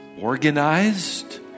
organized